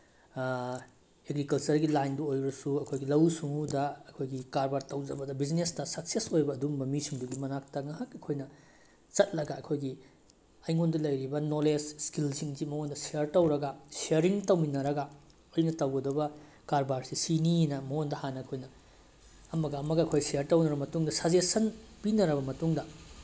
ꯑꯦꯒ꯭ꯔꯤꯀꯜꯆꯔꯒꯤ ꯂꯥꯏꯟꯗ ꯑꯣꯏꯔꯁꯨ ꯑꯩꯈꯣꯏꯒꯤ ꯂꯧꯎ ꯁꯤꯡꯎꯗ ꯑꯩꯈꯣꯏꯒꯤ ꯀꯔꯕꯥꯔ ꯇꯧꯖꯕꯗ ꯕꯤꯖꯤꯅꯦꯁꯇ ꯁꯛꯁꯦꯁ ꯑꯣꯏꯕ ꯑꯗꯨꯒꯨꯝꯕ ꯃꯤꯁꯤꯡꯗꯨꯒꯤ ꯃꯅꯥꯛꯇ ꯉꯥꯏꯍꯥꯛ ꯑꯩꯈꯣꯏꯅ ꯆꯠꯂꯒ ꯑꯩꯈꯣꯏꯒꯤ ꯑꯩꯉꯣꯟꯗ ꯂꯩꯔꯤꯕ ꯅꯣꯂꯦꯖ ꯏꯁꯀꯤꯜꯁꯤꯡꯁꯤ ꯃꯉꯣꯟꯗ ꯁꯤꯌꯔ ꯇꯧꯔꯒ ꯁꯤꯌꯔꯤꯡ ꯇꯧꯃꯤꯟꯅꯔꯒ ꯑꯩꯅ ꯇꯧꯒꯗꯕ ꯀꯔꯕꯥꯔꯁꯦ ꯁꯤꯅꯤꯅ ꯃꯉꯣꯟꯗ ꯍꯥꯟꯅ ꯑꯩꯈꯣꯏꯅ ꯑꯃꯒ ꯑꯃꯒ ꯑꯩꯈꯣꯏ ꯁꯤꯌꯔ ꯇꯧꯅꯔꯒ ꯃꯇꯨꯡꯗ ꯁꯖꯦꯁꯟ ꯄꯤꯅꯔꯕ ꯃꯇꯨꯡꯗ